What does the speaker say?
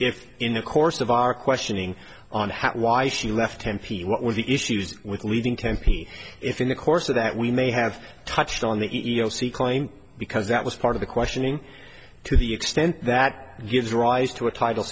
if in the course of our questioning on how why she left him what were the issues with leading tempi if in the course of that we may have touched on the e e o c claim because that was part of the questioning to the extent that gives rise to a title